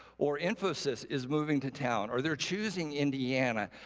or infosys is moving to town, or they're choose and indiana,